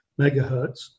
megahertz